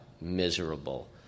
miserable